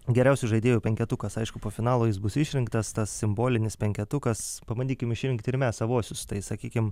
geriausių žaidėjų penketukas aišku po finalo jis bus išrinktas tas simbolinis penketukas pabandykim išrinkti ir mes savuosius tai sakykim